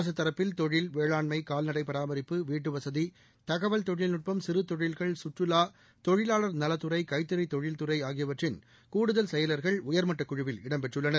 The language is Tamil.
அரசு தரப்பில் தொழில் வேளாண்மை கால்நடை பராமரிப்பு வீட்டுவசதி தகவல் தொழில்நட்பம் சிறு தொழில்கள் சுற்றுலா தொழிலாளா் நலத்துறை கைத்தறி தொழில்துறை ஆகியவற்றின் கூடுதல் செயலாகள் உயர்மட்டக்குழுவில் இடம் பெற்றுள்ளனர்